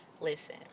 Listen